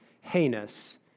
heinous